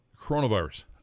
coronavirus